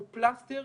הוא פלסטר.